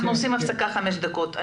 אנחנו נעשה הפסקה של חמש דקות.